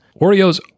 Oreos